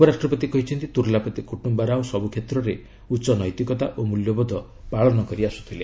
ଉପରାଷ୍ଟ୍ରପତି କହିଛନ୍ତି ତ୍ର୍ଲାପତି କୁଟ୍ୟୁଆ ରାଓ ସବୁକ୍ଷେତ୍ରରେ ଉଚ୍ଚ ନୈତିକତା ଓ ମୂଲ୍ୟବୋଧ ପାଳନ କରି ଆସୁଥିଲେ